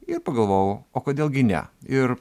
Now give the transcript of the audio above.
ir pagalvojau o kodėl gi ne ir